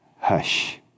hush